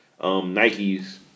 Nikes